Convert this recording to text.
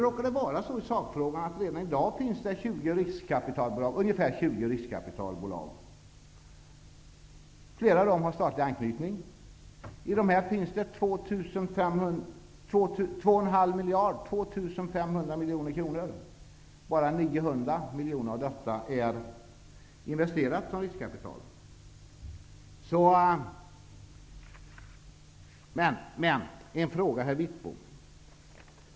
När det gäller sakfrågan råkar det vara på det sättet att det redan i dag finns ungefär 20 riskkapitalbolag. Flera av dem har statlig anknytning. I dessa finns det 2 500 miljoner kronor. Bara 900 miljoner kronor av dessa pengar är investerade som riskkapital. Jag vill ställa en fråga till herr Wittbom.